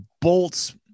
bolts